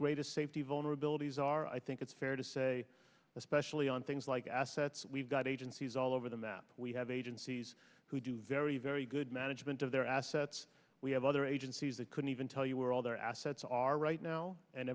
greatest safety vulnerabilities are i think it's fair to say especially on things like assets we've got agencies all over the map we have agencies who do very very good management of their assets we have other agencies that couldn't even tell you where all their assets are right now and